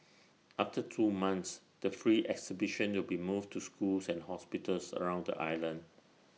after two months the free exhibition will be moved to schools and hospitals around the island